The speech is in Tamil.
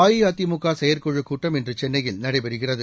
அஇஅதிமுகசெயற்குழுக் கூட்டம் இன்றுசென்னையில் நடைபெறுகிறது